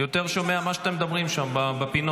אני יותר שומע מה שאתם מדברים שם בפינות.